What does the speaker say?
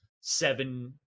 seven